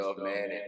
man